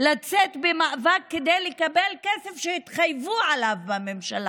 לצאת למאבק כדי לקבל כסף שהתחייבו לו בממשלה.